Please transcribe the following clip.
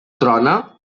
trona